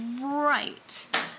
Right